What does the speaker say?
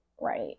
right